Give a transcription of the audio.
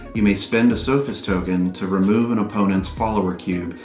you may spend a sophist token to remove an opponents follower cube,